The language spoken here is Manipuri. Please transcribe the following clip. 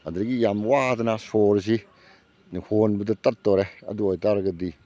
ꯑꯗꯨꯗꯒꯤ ꯌꯥꯝ ꯋꯥꯗꯅ ꯁꯣꯔꯁꯤ ꯍꯣꯟꯕꯁꯤ ꯇꯠꯇꯣꯔꯦ ꯑꯗꯨ ꯑꯣꯏꯇꯔꯒꯗꯤ